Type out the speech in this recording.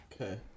Okay